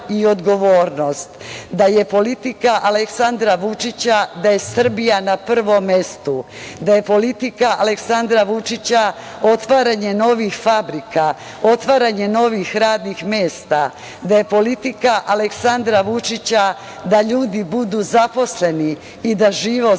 da je politika Aleksandra Vučića da je Srbija na prvom mestu, da je politika Aleksandra Vučića otvaranje novih fabrika, otvaranje novih radnih mesta, da je politika Aleksandra Vučića da ljudi budu zaposleni i da žive od